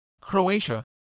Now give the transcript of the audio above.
Croatia